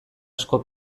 asko